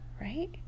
right